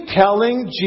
telling